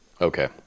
okay